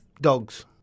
Dogs